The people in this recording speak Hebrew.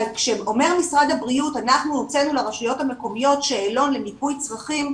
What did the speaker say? כשאומר משרד הבריאות 'הוצאנו לרשויות המקומיות שאלון למיפוי צרכים',